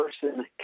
person